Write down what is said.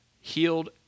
healed